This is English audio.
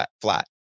flat